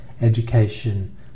Education